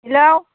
hello